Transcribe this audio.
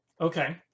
Okay